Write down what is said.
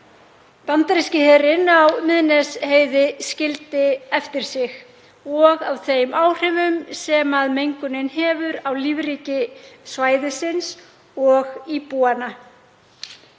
bandaríski herinn á Miðnesheiði skildi eftir sig og þeim áhrifum sem mengunin hefur á lífríki svæðisins og á íbúana.